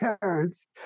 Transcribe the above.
parents